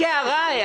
רק הערה.